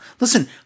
listen